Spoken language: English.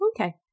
Okay